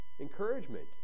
encouragement